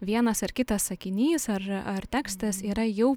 vienas ar kitas sakinys ar ar tekstas yra jau